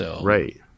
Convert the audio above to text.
Right